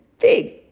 big